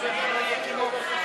מי נגד ההסתייגות?